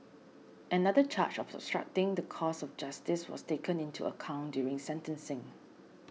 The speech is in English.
another charge of obstructing the course of justice was taken into account during sentencing